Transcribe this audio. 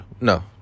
No